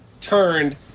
turned